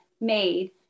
made